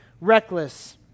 reckless